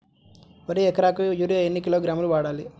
వరికి ఎకరాకు యూరియా ఎన్ని కిలోగ్రాములు వాడాలి?